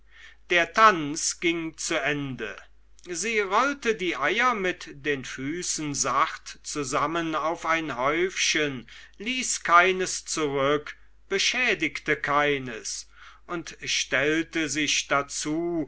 der tanz ging zu ende sie rollte die eier mit den füßen sachte zusammen auf ein häufchen ließ keines zurück beschädigte keines und stellte sich dazu